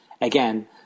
Again